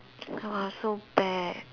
ah so bad